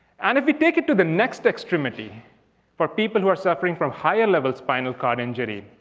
and if you take it to the next extremity for people who are suffering from higher level spinal cord injury.